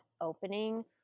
opening